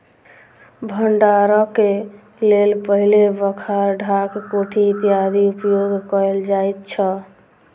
भंडारणक लेल पहिने बखार, ढाक, कोठी इत्यादिक उपयोग कयल जाइत छल